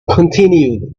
continued